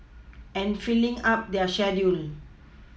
and filling up their schedule